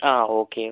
ആ okay okay